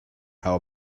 how